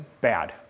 bad